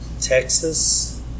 Texas